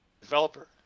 developer